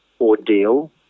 ordeal